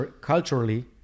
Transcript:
culturally